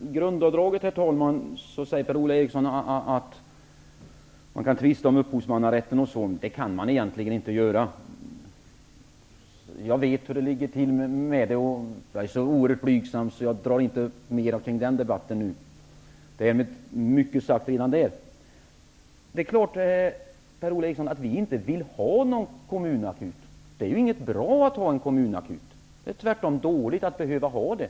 Herr talman! Angående grundavdraget säger Per Ola Eriksson att man kan tvista om upphovsmannarätten och sådant. Det kan man egentligen inte. Jag vet hur det ligger till med det. Jag är så oerhört blygsam att jag inte vill ta upp mer om det nu. Det har sagts mycket om det tidigare. Vi vill inte ha någon kommunakut. Det är inte bra att ha en kommunakut. Tvärtom är det dåligt att behöva ha en sådan.